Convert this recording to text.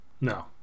no